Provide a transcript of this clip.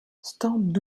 stamp